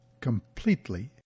completely